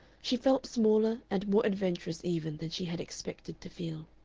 she felt smaller and more adventurous even than she had expected to feel.